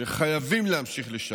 הוא שחייבים להמשיך לשרת,